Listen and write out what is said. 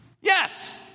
Yes